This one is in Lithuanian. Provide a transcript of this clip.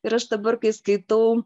ir aš dabar kai skaitau